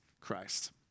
Christ